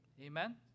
Amen